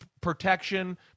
protection